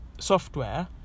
software